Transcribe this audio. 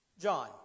John